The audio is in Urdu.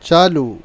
چالو